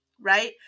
right